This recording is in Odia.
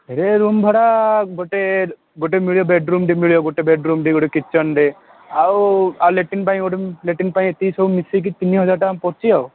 ସେଇ ରୁମ୍ ଭଡ଼ା ଗୋଟେ ଗୋଟେ ମିଳିବ ବେଡରୁମ୍ଟେ ମିଳିବ ଗୋଟେ ବେଡରୁମ୍ଟେ ଗୋଟେ କିଚେନ୍ଟେ ଆଉ ଆଉ ଲାଟିନ୍ ପାଇଁ ଗୋଟେ ଲାଟିନ୍ ପାଇଁ ଏତିକି ସବୁ ମିଶେଇକି ତିନି ହଜାର ଟଙ୍କା ପଡ଼ୁଛି ଆଉ